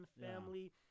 family